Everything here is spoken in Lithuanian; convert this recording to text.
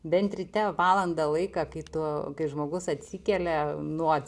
bent ryte valandą laiką kai tu kai žmogus atsikelia nuo